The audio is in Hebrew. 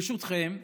ברשותכם,